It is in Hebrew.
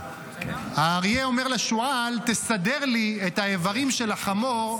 האריה אומר לשועל: תסדר לי את האיברים של החמור,